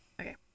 okay